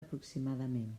aproximadament